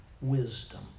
Wisdom